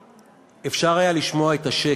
ואפשר היה לשמוע את השקט.